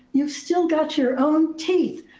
you still got your own teeth.